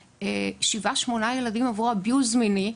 שבעה או שמונה ילדים עברו Abuse מיני,